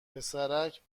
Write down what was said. پسرک